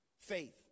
faith